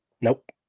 Nope